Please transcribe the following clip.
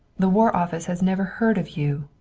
the war office has never heard of you.